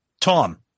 Tom